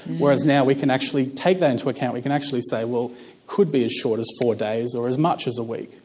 whereas now we can actually take that into account, we can actually say it could be as short as four days or as much as a week.